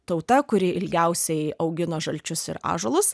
tauta kuri ilgiausiai augino žalčius ir ąžuolus